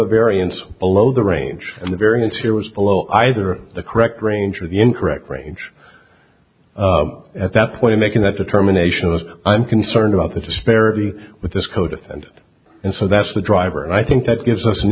a variance below the range and the variance here was below either the correct range or the incorrect range at that point in making that determination was i'm concerned about the disparity with this codefendant and so that's the driver and i think that gives us an